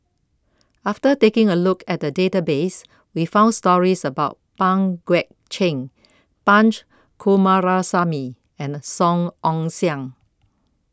after taking A Look At The Database We found stories about Pang Guek Cheng Punch Coomaraswamy and Song Ong Siang